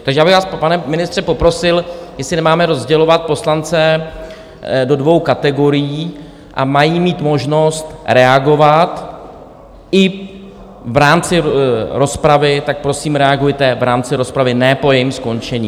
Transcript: Takže já bych vás, pane ministře, poprosil, že si nemáme rozdělovat poslance do dvou kategorií a mají mít možnost reagovat i v rámci rozpravy, tak prosím, reagujte v rámci rozpravy, ne po jejím skončení.